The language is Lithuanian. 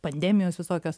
pandemijos visokios